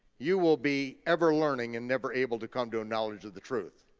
you will be ever learning and never able to come to a knowledge of the truth.